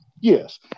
Yes